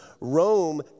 Rome